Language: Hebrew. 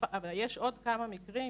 יש עוד כמה מקרים,